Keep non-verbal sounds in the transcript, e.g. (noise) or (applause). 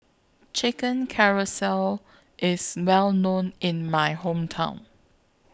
Chicken (unintelligible) IS Well known in My Hometown